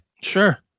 sure